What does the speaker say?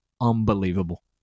Unbelievable